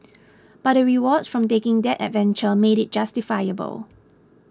but the rewards from taking that adventure made it justifiable